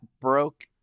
broke